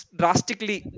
drastically